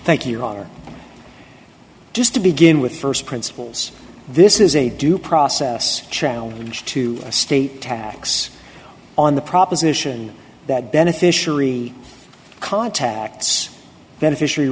thank you are just to begin with first principles this is a due process challenge to a state tax on the proposition that beneficiary contacts beneficiary